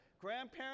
grandparents